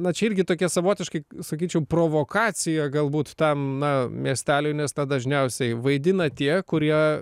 na čia irgi tokia savotiškai sakyčiau provokacija galbūt tam na miesteliui nes dažniausiai vaidina tie kurie